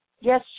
Yes